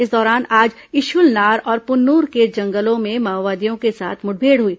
इस दौरान आज इशुलनार और पुन्नुर के जंगलों में माओवादियों के साथ मुठभेड़ हुई